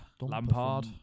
Lampard